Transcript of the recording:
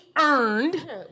earned